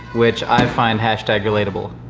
which i find relatable.